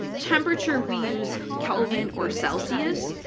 temperature, we use kelvin or celsius.